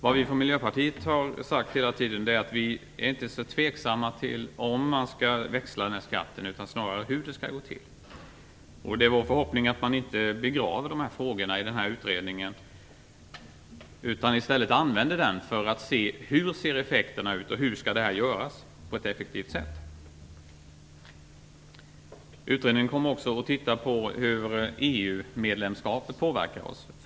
Vad vi från Miljöpartiet hela tiden har sagt är att vi inte är så tveksamma till om man skall växla den här skatten, utan snarare hur det skall gå till. Det är vår förhoppning att man inte begraver de här frågorna i utredningen utan i stället använder den för att se hur effekterna blir och hur det här skall göras på ett effektivt sätt. Utredningen kommer också att titta på hur EU medlemskapet påverkar oss.